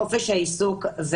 חופש העיסוק.